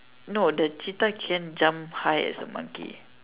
no the cheetah can jump high as a monkey